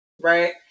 right